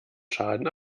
schaden